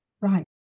Right